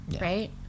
Right